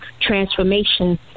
transformation